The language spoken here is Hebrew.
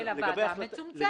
של הוועדה המצומצמת.